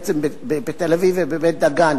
בעצם בתל-אביב ובבית-דגן,